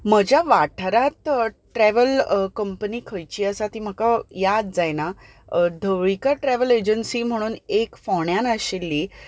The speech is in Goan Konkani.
म्हज्या वाठारांत ट्रेवल कंपनी खंयची आसा ती म्हाका याद जायना ढवळीकर ट्रेवल एजंसी म्हण एक फोंड्यान आशिल्ली